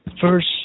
first